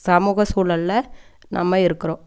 சமூக சூழல்ல நம்ம இருக்கிறோம்